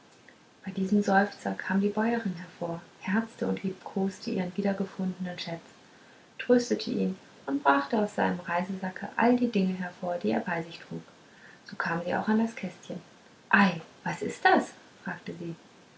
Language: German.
bei diesem seufzer kam die bäuerin hervor herzte und liebkosete ihren wiedergefundenen schätz tröstete ihn und brachte aus seinem reisesacke all die dinge hervor die er bei sich trug so kam sie auch an das kästchen ei was ist das fragte sie